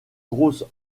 grosse